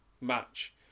match